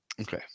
Okay